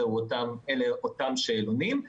אלה אותם שאלונים,